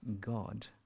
God